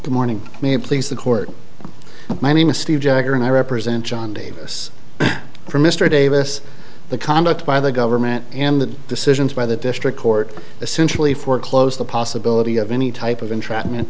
the morning may please the court my name is steve jagger and i represent john davis for mr davis the conduct by the government and the decisions by the district court essentially foreclose the possibility of any type of entrapment